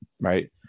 right